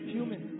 Human